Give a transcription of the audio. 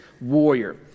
warrior